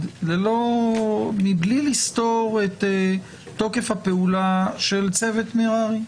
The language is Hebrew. מבלי לסתור את תוקף הפעולה של צוות מררי,